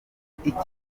ubukungu